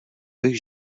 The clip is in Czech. bych